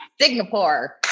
singapore